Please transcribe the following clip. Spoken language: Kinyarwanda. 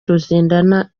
ruzindana